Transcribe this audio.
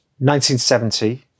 1970